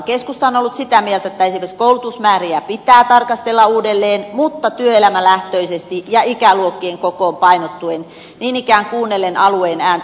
keskusta on ollut sitä mieltä että esimerkiksi koulutusmääriä pitää tarkastella uudelleen mutta työelämälähtöisesti ja ikäluokkien kokoon painottuen niin ikään kuunnellen alueen ääntä